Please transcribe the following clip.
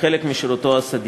בחלק משירותו הסדיר.